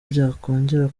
byakongera